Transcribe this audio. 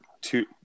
two